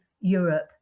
Europe